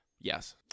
yes